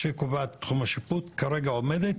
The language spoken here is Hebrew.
שקובעת את תחום השיפוט, כרגע עומדת?